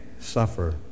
suffer